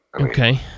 Okay